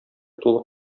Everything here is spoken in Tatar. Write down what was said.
тулы